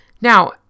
Now